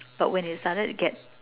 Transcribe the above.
but when it started to get